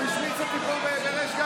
הוא השמיץ אותי פה בריש גלי.